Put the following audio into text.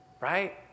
right